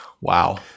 Wow